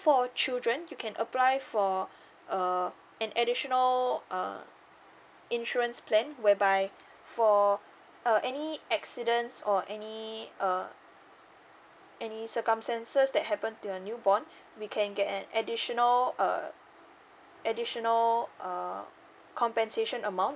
for children you can apply for uh an additional uh insurance plan whereby for uh any accidents or any uh any circumstances that happened to your new born we can get an additional uh additional uh compensation amount